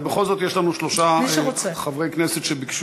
אבל בכל זאת יש לנו שלושה חברי כנסת שביקשו,